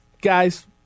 Guys